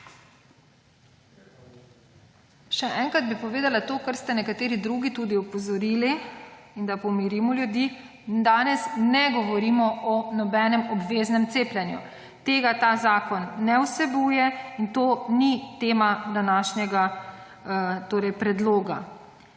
Še enkrat bi povedala to, na kar ste tudi nekateri že opozorili, da pomirimo ljudi, danes ne govorimo o nobenem obveznem cepljenju, tega ta zakon ne vsebuje in to ni tema današnjega predloga.